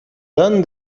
done